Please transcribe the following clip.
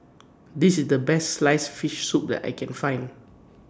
This IS The Best Sliced Fish Soup that I Can Find